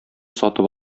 сатып